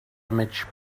image